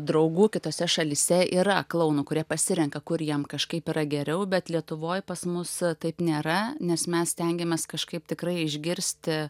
draugų kitose šalyse yra klounų kurie pasirenka kur jam kažkaip yra geriau bet lietuvoj pas mus taip nėra nes mes stengiamės kažkaip tikrai išgirsti